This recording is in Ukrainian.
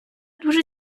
дуже